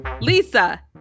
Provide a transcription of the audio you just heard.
Lisa